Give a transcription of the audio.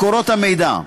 מקורות המידע,